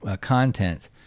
content